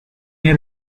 you